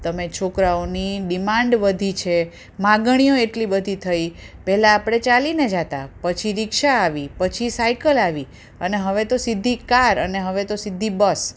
તમે છોકરાઓની ડિમાન્ડ વધી છે માગણીઓ એટલી બધી થઈ પહેલાં આપણે ચાલીને જતાં પછી રિક્ષા આવી પછી સાઇકલ આવી અને હવે તો સીધી કાર અને હવે તો સીધી બસ